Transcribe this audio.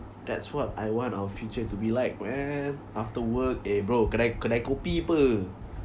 that's what I want our future to be like man after work eh bro kedai kedai kopi [pe]